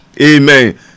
amen